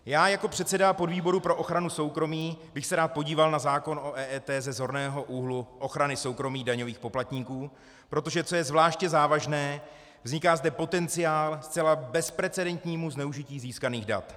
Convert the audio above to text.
Já jako předseda podvýboru pro ochranu soukromí bych se rád podíval na zákon o EET ze zorného úhlu ochrany soukromí daňových poplatníků, protože co je zvláště závažné vzniká zde potenciál ke zcela bezprecedentnímu zneužití získaných dat.